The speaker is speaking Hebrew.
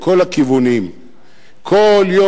בכל הכיוונים,